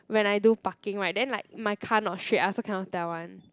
when I do parking [right] then like my car not straight I also cannot tell [one]